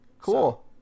Cool